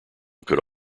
could